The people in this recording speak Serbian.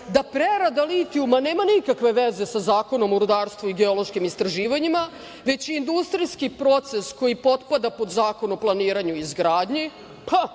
da prerada litijuma nema nikakve veze sa Zakonom o rudarstvu i geološkim istraživanjima, već industrijski proces koji potpada pod Zakon o planiranju i izgradnji.